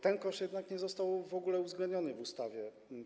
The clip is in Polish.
Ten koszt jednak nie został w ogóle uwzględniony w ustawie.